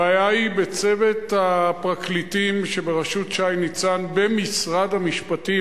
הבעיה היא בצוות הפרקליטים שבראשות שי ניצן במשרד המשפטים.